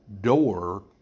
door